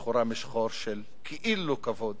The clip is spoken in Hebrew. השחורה משחור, של כאילו כבוד.